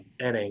NA